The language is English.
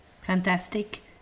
Fantastic